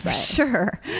Sure